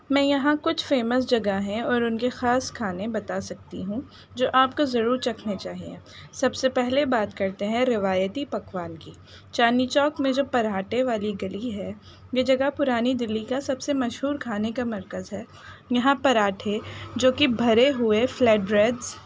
میں یہاں کچھ فیمس جگہیں اور ان کے خاص کھانے بتا سکتی ہوں جو آپ کو ضرور چکھنے چاہیے سب سے پہلے بات کرتے ہیں روایتی پکوان کی چاندنی چوک میں جو پراٹھے والی گلی ہے یہ جگہ پرانی دلی کا سب سے مشہور کھانے کا مرکز ہے یہاں پراٹھے جو کہ بھرے ہوئے فلیٹ بریڈس